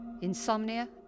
insomnia